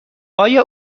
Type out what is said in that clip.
آیا